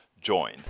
join